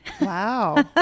Wow